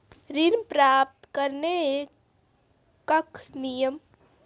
ऋण प्राप्त करने कख नियम?